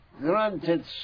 granted